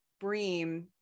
Bream